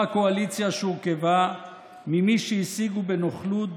קואליציה שהורכבה ממי שהשיגו בנוכלות,